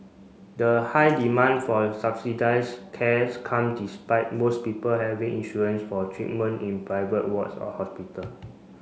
the high demand for subsidised cares come despite most people having insurance for treatment in private wards or hospital